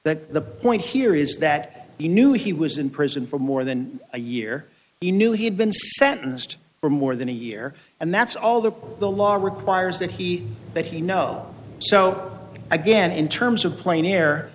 that the point here is that he knew he was in prison for more than a year he knew he had been sentenced for more than a year and that's all that the law requires that he that he know so again in terms of pla